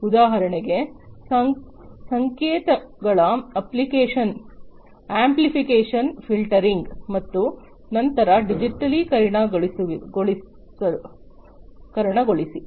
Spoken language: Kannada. ಉದಾಹರಣೆಗೆ ಸಂಕೇತಗಳ ಅಂಪ್ಲಿಫೈಕೇಶನ್ ಫಿಲ್ಟರಿಂಗ್ ಮತ್ತು ನಂತರ ಡಿಜಿಟಲೀಕರಣಗೊಳಿಸಿ